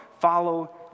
Follow